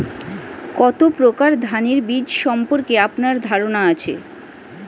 কত প্রকার ধানের বীজ সম্পর্কে আপনার ধারণা আছে?